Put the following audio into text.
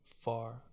far